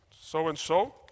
so-and-so